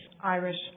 Irish